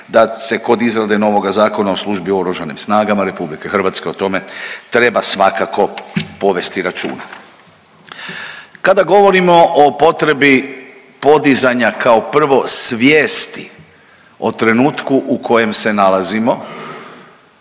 da se kod izrade novoga Zakona o službi u Oružanim snagama RH o tome treba svakako povesti računa. Kada govorimo o potrebi podizanja kao prvo svijesti o trenutku u kojem se nalazimo